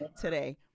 today